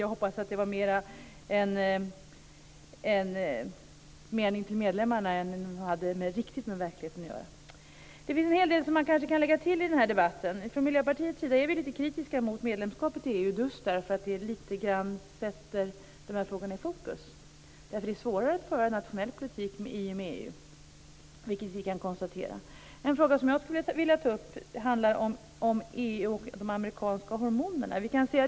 Jag hoppas att det mer var för medlemmarna än det riktigt hade med verkligheten att göra. Det finns en hel del som man kanske kan lägga till i den här debatten. Från Miljöpartiets sida är vi lite kritiska till medlemskapet i EU just därför att det lite grann sätter de här frågorna i fokus. Det är svårare att föra en nationell politik i och med EU, vilket vi kan konstatera. En fråga som jag skulle vilja ta upp handlar om EU och de amerikanska hormonerna.